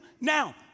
Now